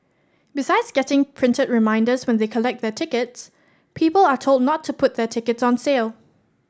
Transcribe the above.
besides getting printed reminders when they collect their tickets people are told not to put their tickets on sale